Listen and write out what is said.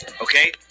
okay